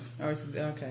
Okay